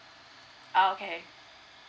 oh okay